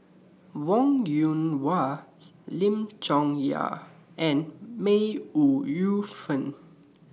Wong Yoon Wah Lim Chong Yah and May Ooi Yu Fen